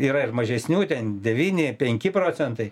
yra ir mažesniųjų ten devyni penki procentai